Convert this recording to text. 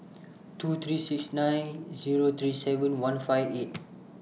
two three six nine Zero three seven one five eight